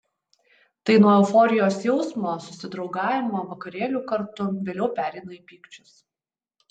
tai nuo euforijos jausmo susidraugavimo vakarėlių kartu vėliau pereina į pykčius